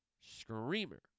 screamer